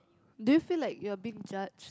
do you feel like you are being judged